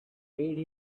made